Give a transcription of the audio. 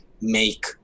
make